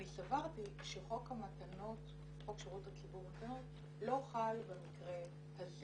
אני סברתי שחוק שירות הציבור (מתנות) לא חל במקרה הזה